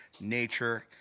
nature